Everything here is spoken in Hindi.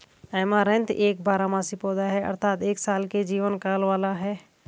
ऐमारैंथ एक बारहमासी पौधा है अर्थात एक साल के जीवन काल वाला है